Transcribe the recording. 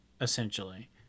essentially